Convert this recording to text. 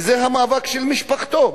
וזה המאבק של משפחתו.